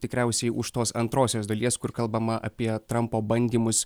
tikriausiai už tos antrosios dalies kur kalbama apie trampo bandymus